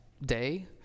Day